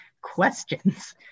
questions